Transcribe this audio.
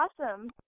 awesome